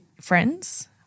friends